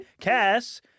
Cass